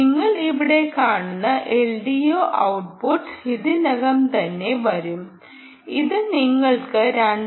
നിങ്ങൾ ഇവിടെ കാണുന്ന എൽഡിഒ ഔട്ട്പുട്ട് ഇതിനകം തന്നെ വരും അത് നിങ്ങൾക്ക് 2